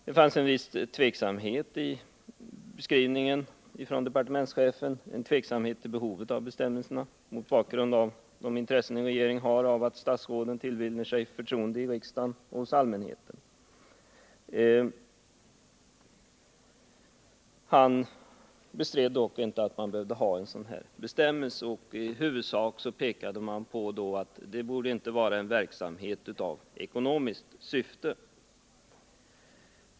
Departementschefens skrivning innehöll en viss tveksamhet om behovet av sådana bestämmelser mot bakgrund av de intressen en regering har av att statsråden tillvinner sig förtroende i riksdagen och hos allmänheten. Han bestred dock inte att man behövde ha en sådan här bestämmelse, och i huvudsak pekade han då på att bestämmelsen borde gälla verksamhet i ekonomiskt syfte.